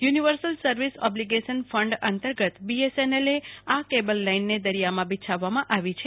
universal service obligation fund અંતર્ગત BSNL એ આ કેબલ લાઇનને દરિયામાં બીછાવવામાં આવી છે